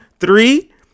Three